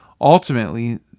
Ultimately